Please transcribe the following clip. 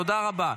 תודה רבה.